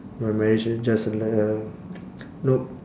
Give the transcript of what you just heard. but marriage is just like a nope